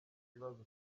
ikibazo